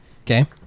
okay